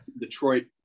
Detroit